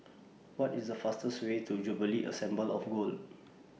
What IS The fastest Way to Jubilee Assembly of God